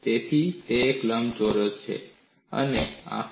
તેથી તે એક લંબચોરસ છે